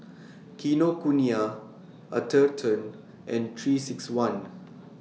Kinokuniya Atherton and three six one